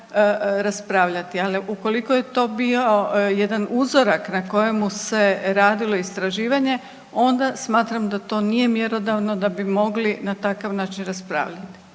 Ali ukoliko je to bio jedan uzorak na kojemu se radilo istraživanje onda smatram da to nije mjerodavno da bi mogli na takav način raspravljat.